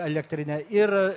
elektrinę ir